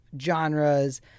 genres